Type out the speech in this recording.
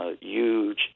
huge